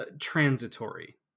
transitory